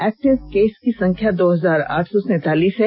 active case की संख्या दो हजार आठ सौ सैंतालीस है